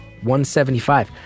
175